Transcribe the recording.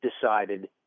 decided